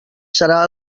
serà